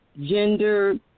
gender